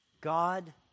God